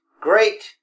great